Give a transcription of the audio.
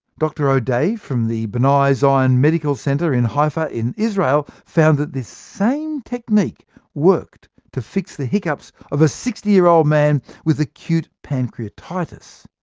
dr odeh from the bnai zion medical center in haifa, in israel found that this same technique worked to fix the hiccups of a sixty year old man with acute pancreatitis.